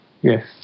yes